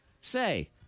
say